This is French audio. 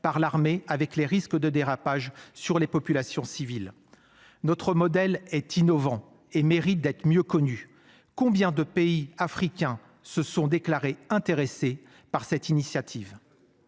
par l'armée, avec les risques de dérapage sur les populations civiles. Notre modèle est innovant et mérite d'être mieux connue. Combien de pays africains se sont déclarés intéressés par cette initiative.